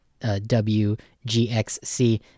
WGXC